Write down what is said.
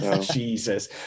Jesus